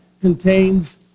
contains